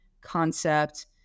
concept